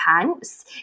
pants